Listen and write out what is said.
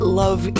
love